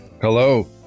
Hello